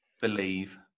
Believe